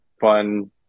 fun